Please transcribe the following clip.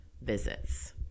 visits